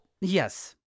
Yes